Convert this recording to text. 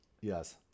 Yes